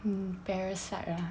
mm parasite ah